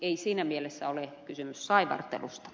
ei siinä mielessä ole kysymys saivartelusta